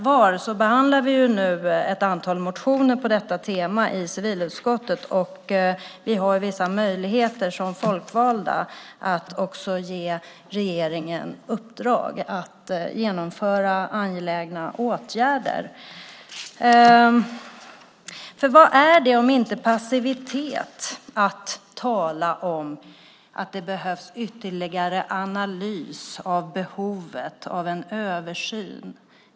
Vi behandlar som sagt var nu ett antal motioner på detta tema i civilutskottet, och vi har vissa möjligheter att som folkvalda också ge regeringen i uppdrag att genomföra angelägna åtgärder. Vad är det om inte passivitet att tala om att det behövs ytterligare analys av behovet av en översyn?